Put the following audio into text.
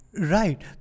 Right